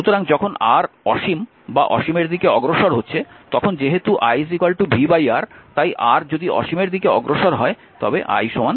সুতরাং যখন R অসীম বা অসীমের দিকে অগ্রসর হচ্ছে তখন যেহেতু i v R তাই R যদি অসীমের দিকে অগ্রসর হয় তবে I হবে 0